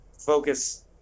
focus